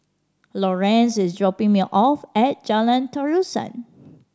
Lorenz is dropping me off at Jalan Terusan